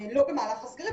לא במהלך הסגרים,